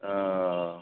हँ